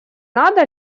надо